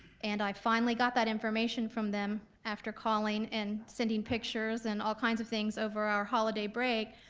and i finally got that information from them after calling and sending pictures and all kinds of things over our holiday break.